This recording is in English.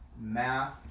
Math